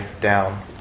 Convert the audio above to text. down